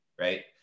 right